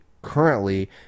currently